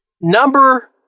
Number